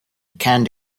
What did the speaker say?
can